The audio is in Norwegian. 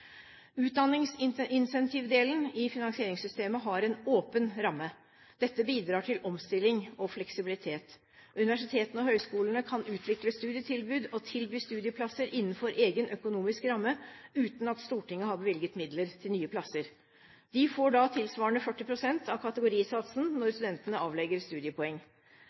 i finansieringssystemet har en åpen ramme. Dette bidrar til omstilling og fleksibilitet. Universitetene og høyskolene kan utvikle studietilbud og tilby studieplasser innenfor egen økonomisk ramme uten at Stortinget har bevilget midler til nye plasser. De får da tilsvarende 40 pst. av kategorisatsen når studentene avlegger studiepoeng.